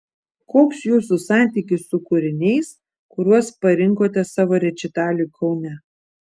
koks jūsų santykis su kūriniais kuriuos parinkote savo rečitaliui kaune